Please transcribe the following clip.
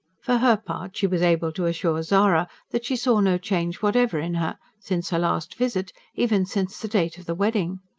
for her part, she was able to assure zara that she saw no change whatever in her, since her last visit even since the date of the wedding.